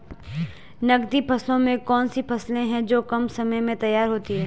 नकदी फसलों में कौन सी फसलें है जो कम समय में तैयार होती हैं?